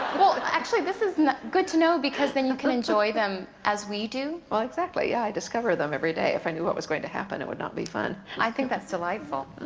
well, actually, this is good to know, because then you can enjoy them as we do. well, exactly. i discover them everyday. if i knew what was going to happen then it would not be fun. i think that's delightful.